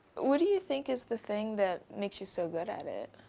what do you think is the thing that makes you so good at it?